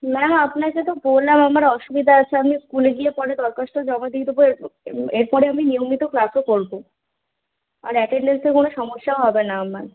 ma'am আপনাকে তো বললাম আমার অসুবিধা আছে আমি স্কুলে গিয়ে পরে দরখাস্ত জমা দিয়ে দেব এরপরে আমি নিয়মিত ক্লাসও করব আর অ্যাটেনডেন্সের কোনো সমস্যাও হবে না আমার